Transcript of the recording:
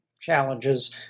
challenges